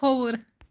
کھووُر